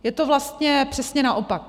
Je to vlastně přesně naopak.